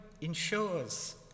ensures